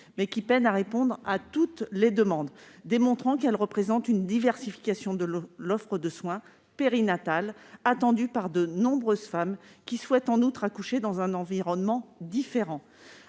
mais peinent à répondre à toutes les demandes, démontrant qu'elles représentent une diversification de l'offre de soins périnatale attendue par de nombreuses femmes qui souhaitent, en outre, accoucher dans un environnement différent.